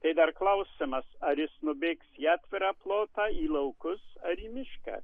tai dar klausimas ar jis nubėgs į atvirą plotą į laukus ar į mišką